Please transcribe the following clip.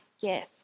gift